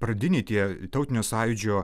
pradiniai tie tautinio sąjūdžio